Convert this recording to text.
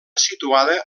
situada